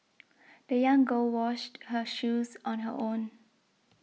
the young girl washed her shoes on her own